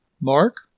Mark